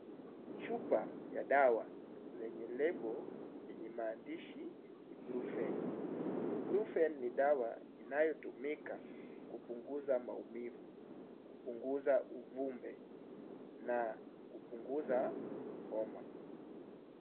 Chupa ya dawa yenye lebo yenye maandishi brufen, brufen ni dawa inayotumika kupunguza maumivu, kupunguza uvimbe na kupunguza homa.